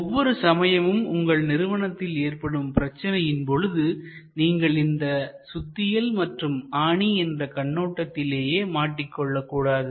ஒவ்வொரு சமயமும் உங்கள் நிறுவனத்தில் ஏற்படும் பிரச்சனையின் பொழுது நீங்கள் இந்த சுத்தியல் மற்றும் ஆணி என்ற கண்ணோட்டத்திலேயே மாட்டிக் கொள்ளக் கூடாது